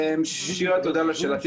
שירה, תודה על השאלה.